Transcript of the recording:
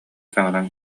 саҥаран